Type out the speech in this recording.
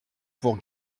pour